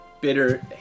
bitter